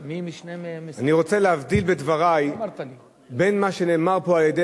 אני רוצה להבדיל בדברי בין מה שנאמר פה על-ידי